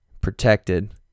protected